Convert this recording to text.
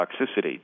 toxicity